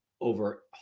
over